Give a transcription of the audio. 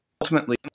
ultimately